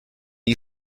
you